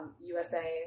USA